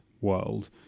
world